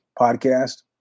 podcast